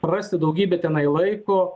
rasti daugybę tenai laiko